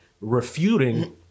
refuting